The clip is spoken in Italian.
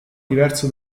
diverso